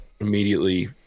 immediately